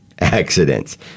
accidents